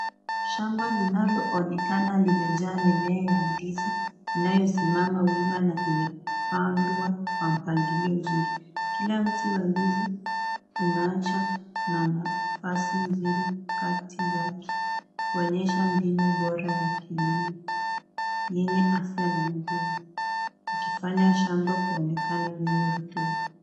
Shamba linaloonekana limejaa mimea ya ndizi inayosimama wima na imepandwa kwa mpangilio mzuri. Kila mti wa ndizi umeachwa na nafasi nzuri kati yake kuoonyesha mbinu bora ya kilimo yenye afya na [] kufanya shamba kuonekana lenye rotuba.